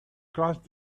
crossed